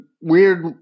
weird